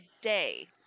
day